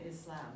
Islam